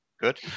Good